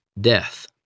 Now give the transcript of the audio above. death